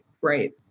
right